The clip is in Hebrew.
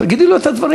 תגידי לו את הדברים.